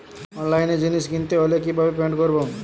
অনলাইনে জিনিস কিনতে হলে কিভাবে পেমেন্ট করবো?